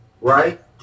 right